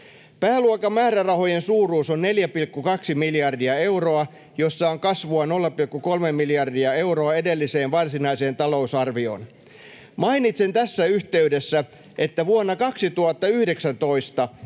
Pääluokan määrärahojen suuruus on 4,2 miljardia euroa, jossa on kasvua 0,3 miljardia euroa edelliseen varsinaiseen talousarvioon. Mainitsen tässä yhteydessä, että vuonna 2019